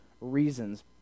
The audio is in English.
reasons